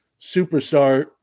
superstar